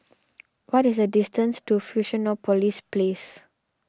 what is the distance to Fusionopolis Place